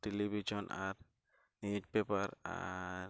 ᱟᱨ ᱟᱻᱨ